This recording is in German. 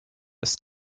ist